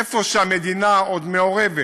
איפה שהמדינה עוד מעורבת,